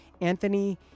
Anthony